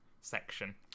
section